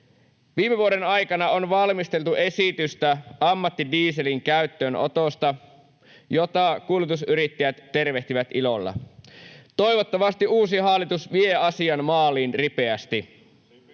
Viime vuoden aikana on valmisteltu esitystä ammattidieselin käyttöönotosta, jota kuljetusyrittäjät tervehtivät ilolla. Toivottavasti uusi hallitus vie asian maaliin ripeästi.